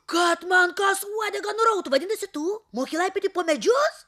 kad man kas uodegą nurautų vadinasi tu moki laipioti po vedžios